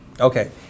Okay